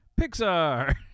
Pixar